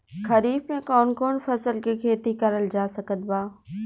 खरीफ मे कौन कौन फसल के खेती करल जा सकत बा?